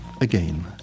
again